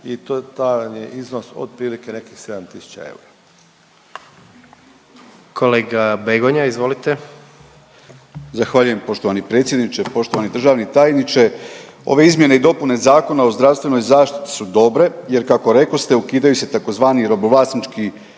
Begonja, izvolite. **Begonja, Josip (HDZ)** Zahvaljujem poštovani predsjedniče. Poštovani državni tajniče ove izmjene i dopune Zakona o zdravstvenoj zaštiti su dobre jer kako rekoste ukidaju se tzv. robovlasnički